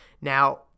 now